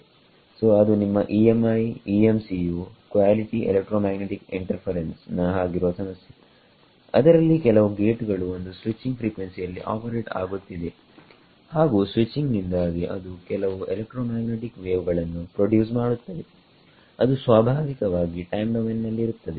ಸೋಅದು ನಿಮ್ಮ EMI EMC ಯು quality electromagnetic interference ನ ಹಾಗಿರುವ ಸಮಸ್ಯೆ ಅದರಲ್ಲಿ ಕೆಲವು ಗೇಟ್ ಗಳು ಒಂದು ಸ್ವಿಚಿಂಗ್ ಫ್ರೀಕ್ವೆನ್ಸಿ ಯಲ್ಲಿ ಆಪರೇಟ್ ಆಗುತ್ತಿದೆ ಹಾಗು ಸ್ವಿಚಿಂಗ್ ನಿಂದಾಗಿ ಅದು ಕೆಲವು ಎಲೆಕ್ಟ್ರೊಮ್ಯಾಗ್ನೆಟಿಕ್ ವೇವ್ ಗಳನ್ನು ಪ್ರೊಡ್ಯೂಸ್ ಮಾಡುತ್ತದೆ ಅದು ಸ್ವಾಭಾವಿಕವಾಗಿ ಟೈಮ್ ಡೊಮೈನ್ ನಲ್ಲಿರುತ್ತದೆ